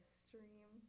stream